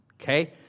Okay